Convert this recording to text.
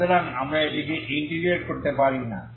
সুতরাং আমরা এটিকে ইন্টিগ্রেট করতে পারি না